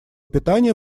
питания